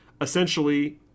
essentially